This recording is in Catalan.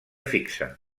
fixa